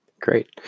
Great